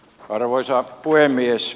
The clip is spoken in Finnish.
arvoisa puhemies